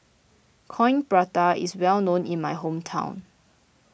Coin Prata is well known in my hometown